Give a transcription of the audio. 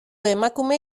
emakume